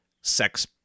sex